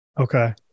okay